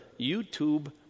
YouTube